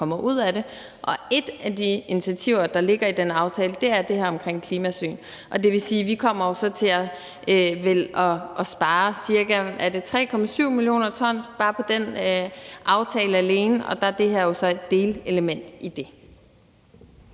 kommer ud af det, og et af de initiativer, der ligger i den aftale, er alt det her omkring klimasyn. Vi kommer jo vel så til at spare cirka 3,7 mio. kr., tror jeg, bare på den aftale alene, og der er det her jo så et delelement i det.